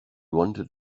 wanted